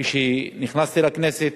כשנכנסתי לכנסת